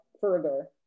further